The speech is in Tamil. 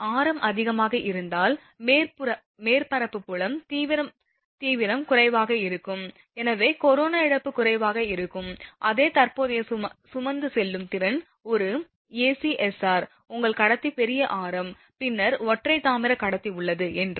எனவே ஆரம் அதிகமாக இருந்தால் மேற்பரப்பு புலம் தீவிரம் குறைவாக இருக்கும் எனவே கொரோனா இழப்பு குறைவாக இருக்கும் அதே தற்போதைய சுமந்து செல்லும் திறன் ஒரு ACSR உங்கள் கடத்தி பெரிய ஆரம் பின்னர் ஒற்றை தாமிர கடத்தி உள்ளது என்று